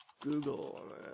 Google